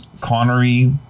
Connery